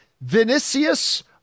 Vinicius